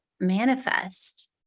manifest